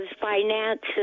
finances